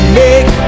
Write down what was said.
make